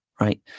right